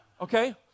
okay